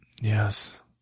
Yes